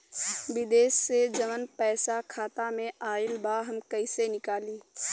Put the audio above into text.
विदेश से जवन पैसा खाता में आईल बा हम कईसे निकाली?